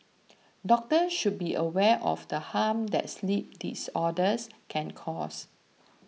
doctor should be aware of the harm that sleep disorders can cause